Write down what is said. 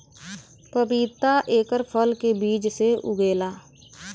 पपीता एकर फल के बीज से उगेला